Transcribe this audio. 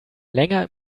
länger